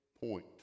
point